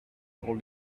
old